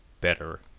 better